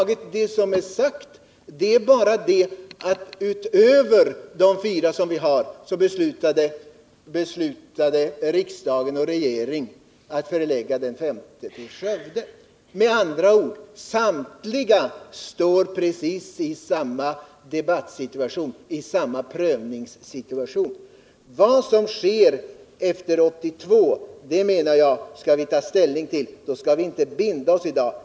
Det enda som över huvud taget hänt är att utöver de fyra anläggningar vi har, beslutade riksdagen och regeringen att förlägga den femte till Skövde. Med andra ord står samtliga i precis samma prövningssituation. Det som sker efter 1982 menar jag att vi skall ta ställning till då. Vi skall inte binda oss i dag.